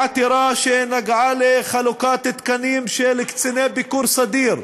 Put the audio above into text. עתירה שנגעה בחלוקת תקנים של קציני ביקור סדיר,